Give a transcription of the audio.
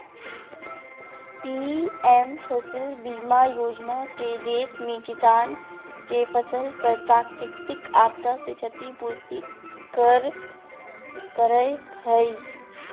PM फसल बीमा योजना के देश में किसान के फसल पर प्राकृतिक आपदा से क्षति पूर्ति करय हई